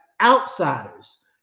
outsiders